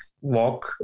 walk